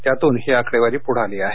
त्यातून ही आकडेवारी पुढे आली आहे